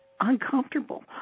uncomfortable